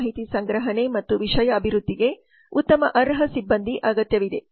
ಮಾಹಿತಿ ಸಂಗ್ರಹಣೆ ಮತ್ತು ವಿಷಯ ಅಭಿವೃದ್ಧಿಗೆ ಉತ್ತಮ ಅರ್ಹ ಸಿಬ್ಬಂದಿ ಅಗತ್ಯವಿದೆ